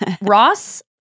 Ross